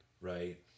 Right